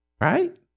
Right